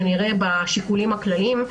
בשיקולים הכלליים,